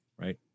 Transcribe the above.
right